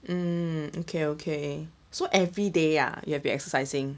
mm okay okay so every day ah you have be exercising